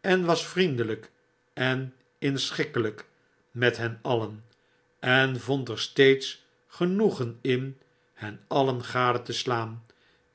en was vriendelp en inschikkelyk met hen alien en vond er steeds genoegen in hen alien gade te slaan